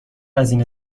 هزینه